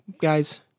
guys